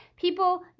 People